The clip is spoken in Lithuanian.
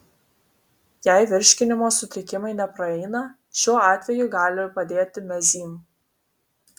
jei virškinimo sutrikimai nepraeina šiuo atveju gali padėti mezym